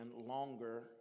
longer